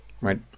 right